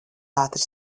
ātri